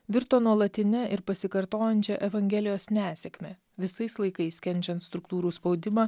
virto nuolatine ir pasikartojančia evangelijos nesėkme visais laikais kenčiant struktūrų spaudimą